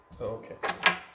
okay